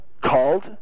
called